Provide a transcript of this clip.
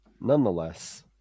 Nonetheless